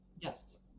Yes